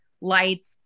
lights